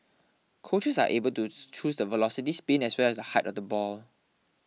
coaches are able tooth choose the velocity spin as well as the height of the ball